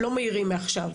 לא מעירים מעכשיו,